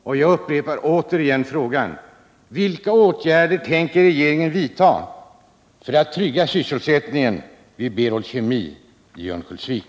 Och jag upprepar återigen frågan: Vilka åtgärder tänker regeringen vidtaga för att trygga sysselsättningen vid Berol Kemi i Örnsköldsvik?